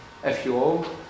FUO